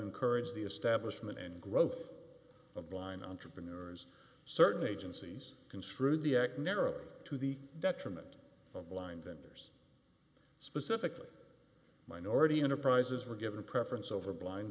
encourage the establishment and growth of blind entrepreneurs certain agencies construed the act narrowly to the detriment of blind vendors specifically minority enterprises were given preference over blind